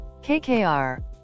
KKR